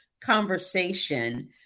conversation